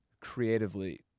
creatively